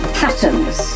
patterns